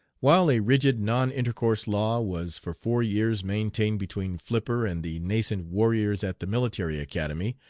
while a rigid non-intercourse law was for four years maintained between flipper and the nascent warriors at the military academy,